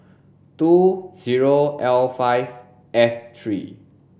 two zero L five F three